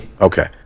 Okay